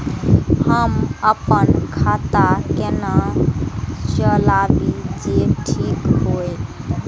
हम अपन खाता केना चलाबी जे ठीक होय?